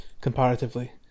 comparatively